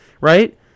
Right